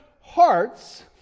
hearts